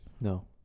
No